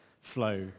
flow